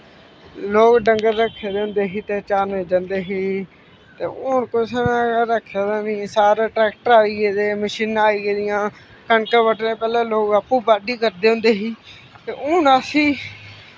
लोकैं डंगर रक्खे दे होंदे ही ते चारने गी जंदे ही ते हून कुसै नै रक्के दे नी सारै ट्रैक्टर आई गेदे मशीनां आई गेदियां कनकां ब'ड्डने पैह्लैं लोग आपैं बाह्ड्डी करदे होंदे ही ते हून ऐसी